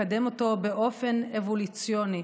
לקדם אותו באופן אבולוציוני.